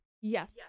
yes